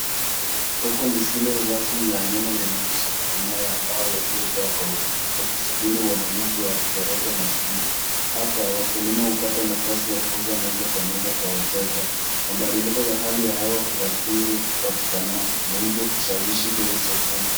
Soko lisilo rasmi la nyanya linaonyesha magunia ya mbao yaliyojaa kwa wingi, yakisubiri wanunuzi wa rejareja na jumla. Hapa wakulima hupata nafasi ya kuuza moja kwa moja kwa wateja. Mabadiliko ya hali ya hewa huadhiri upatikanaji na hivyo kushawishi bei sokoni.